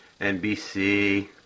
NBC